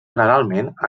generalment